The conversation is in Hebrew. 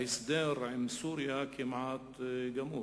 ההסדר עם סוריה כמעט גמור,